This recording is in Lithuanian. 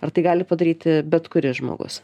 ar tai gali padaryti bet kuris žmogus